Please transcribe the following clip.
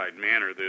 manner